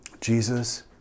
Jesus